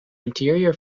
interior